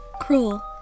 cruel